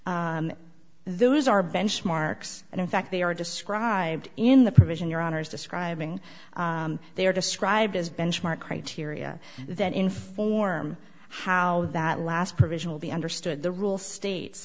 those are benchmarks and in fact they are described in the provision your honor is describing they are described as benchmark criteria that inform how that last provisional be understood the rule states